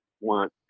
want